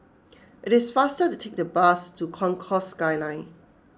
it is faster to take the bus to Concourse Skyline